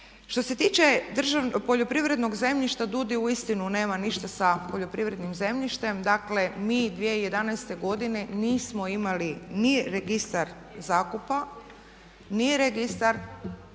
Što se tiče poljoprivrednog zemljišta DUUDI uistinu nema ništa sa poljoprivrednim zemljištem. Dakle, mi 2011. godine nismo imali ni registar zakupa, ni registar,